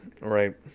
right